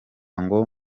ngo